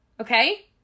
Okay